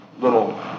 little